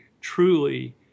truly